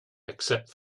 except